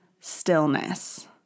stillness